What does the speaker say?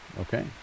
okay